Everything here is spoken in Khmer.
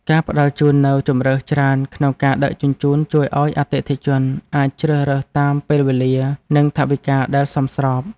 ការផ្តល់ជូននូវជម្រើសច្រើនក្នុងការដឹកជញ្ជូនជួយឱ្យអតិថិជនអាចជ្រើសរើសតាមពេលវេលា និងថវិកាដែលសមស្រប។